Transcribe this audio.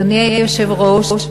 אדוני היושב-ראש,